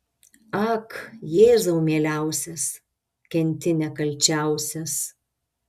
ak jėzau mieliausias kenti nekalčiausias